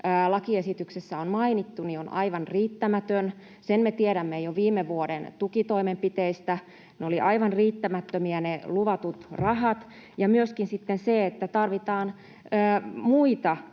lakiesityksessä on mainittu, on aivan riittämätön — sen me tiedämme jo viime vuoden tukitoimenpiteistä, ne olivat aivan riittämättömiä ne luvatut rahat. Tarvitaan myöskin muita